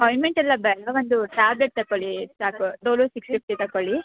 ointment ಎಲ್ಲ ಬೇಡ ಒಂದು ಟ್ಯಾಬ್ಲೆಟ್ ತಗೊಳ್ಳಿ ಸಾಕು ಡೊಲೋ ಸಿಕ್ಸ್ ಫಿಫ್ಟಿ ತಗೊಳ್ಳಿ